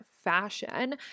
fashion